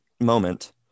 moment